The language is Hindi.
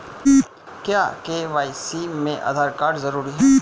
क्या के.वाई.सी में आधार कार्ड जरूरी है?